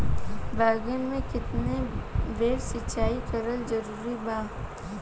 बैगन में केतना बेर सिचाई करल जरूरी बा?